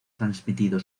transmitido